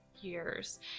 years